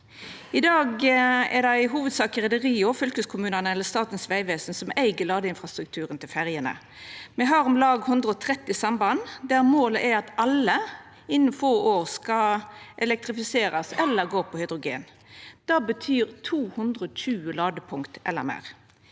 I dag er det i hovudsak reiarlaga og fylkeskommunane eller Statens vegvesen som eig ladeinfrastrukturen til ferjene. Me har om lag 130 samband, der målet er at alle innan få år skal elektrifiserast eller gå på hydrogen. Det betyr 220 ladepunkt eller meir.